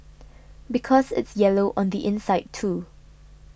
because it's yellow on the inside too